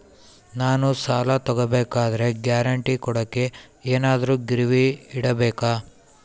ನಾನು ಸಾಲ ತಗೋಬೇಕಾದರೆ ಗ್ಯಾರಂಟಿ ಕೊಡೋಕೆ ಏನಾದ್ರೂ ಗಿರಿವಿ ಇಡಬೇಕಾ?